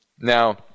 Now